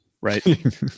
right